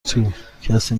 توکسی